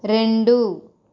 రెండు